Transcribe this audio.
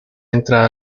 entrada